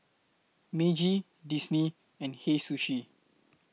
Meiji Disney and Hei Sushi